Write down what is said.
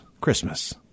Christmas